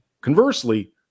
conversely